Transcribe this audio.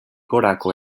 gorako